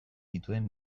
dituen